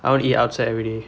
I wanna eat outside already